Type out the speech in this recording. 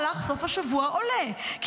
דובר צה"ל: "מבדיקה שנעשתה במהלך סוף השבוע עולה כי